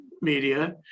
media